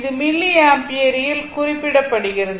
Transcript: இது மில்லி ஆம்பியரில் குறிப்பிடப்படுகிறது